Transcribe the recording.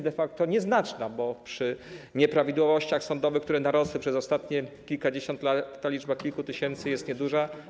De facto jest to liczba nieznaczna, bo przy nieprawidłowościach sądowych, które narosły przez ostatnie kilkadziesiąt lat, ta liczba kilku tysięcy jest nieduża.